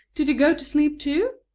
did you go to sleep, too?